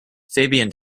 fabian